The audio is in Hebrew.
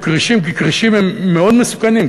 כרישים כי כרישים הם מאוד מסוכנים,